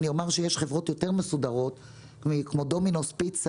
אני אומר שיש חברות יותר מסודרות כמו פיצה